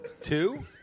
Two